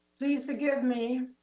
please forgive me,